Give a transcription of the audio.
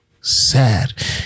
sad